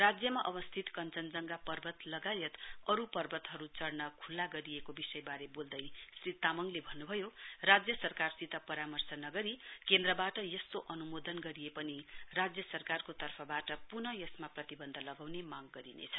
राज्यमा अवस्थित कञ्जनजंघा पर्वत लगायत अरू पर्वतहरू चढ्न खुल्ला गरिएको विषयबारे बोल्दै श्री तामाङले भन्नु भयो राज्य सरकारसित परामर्श नगरी केन्द्रबाट यस्तो अनुमोदन गरिए पनि राज्य सरकारको तर्फबाट पुनः यसमा प्रतिबन्ध लगाउने माग गरिनेछ